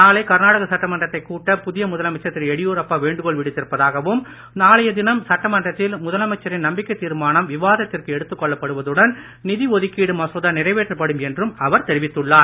நாளை கர்நாடக சட்டமன்றத்தை கூட்ட புதிய முதலமைச்சர் திரு எடியூரப்பா வேண்டுகோள் விடுத்திருப்பதாகவும் நாளைய தினம் சட்டமன்றத்தில் முதலமைச்சரின் நம்பிக்கைத் தீர்மானம் விவாதத்திற்கு எடுத்துக் கொள்ளப் படுவதுடன் நிதி ஒதுக்கீடு மசோதா நிறைவேற்றப்படும் என்றும் அவர் தெரிவித்துள்ளார்